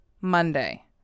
Monday